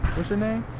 what's your name?